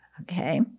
Okay